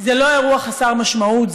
זה לא אירוע חסר משמעות,